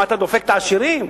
אתה דופק את העשירים?